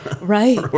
Right